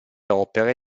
opere